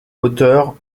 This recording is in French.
hauteurs